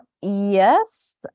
yes